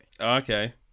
Okay